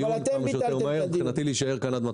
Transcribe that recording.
אבל אתם ביטלתם את הדיון.